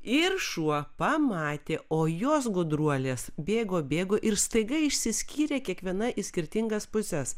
ir šuo pamatė o jos gudruolės bėgo bėgo ir staiga išsiskyrė kiekviena į skirtingas puses